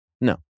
No